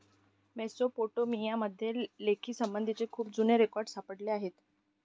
Mesopotamia मध्ये लेखासंबंधीचे खूप जुने रेकॉर्ड सापडले आहेत